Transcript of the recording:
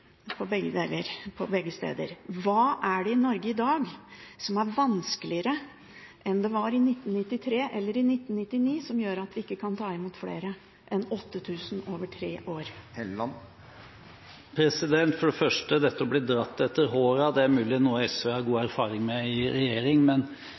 på begge steder. Hva er det i Norge i dag som er vanskeligere enn det var i 1993 eller i 1999, som gjør at vi ikke kan ta imot flere enn 8 000 over tre år? For det første: Dette å bli dratt etter håret, det er mulig at det er noe SV har god erfaring med i regjering,